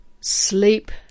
Sleep